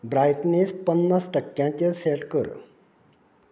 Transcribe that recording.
brightness पन्नास टक्क्याचें set कर